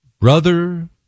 brother